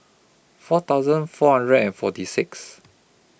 four thousand four hundred and forty six